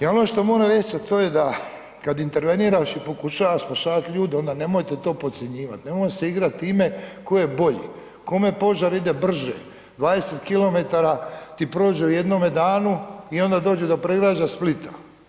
I ono što moram reći a to je da kad interveniraš i pokušavaš spašavat ljude onda nemojte to podcjenjivat, nemojmo se igrat time tko je bolji, kome požar ide brže, 20 km ti prođe u jednome danu i onda dođe do predgrađa Splita.